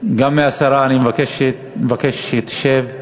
אני מבקש שהיא תשב.